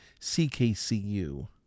CKCU